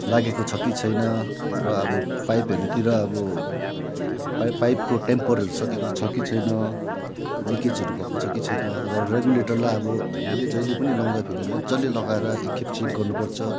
लागेको छ कि छैन र अब पाइपहरूतिर अब पाइप पाइपको टेम्परहरू सकेको छ कि छैन लिकेजहरू भएको छ कि छैन र रेगुलेटरलाई अब हामीले जहिले पनि लाउँदाखेरि मजाले लगाएर एक खेप चेक गर्नु पर्छ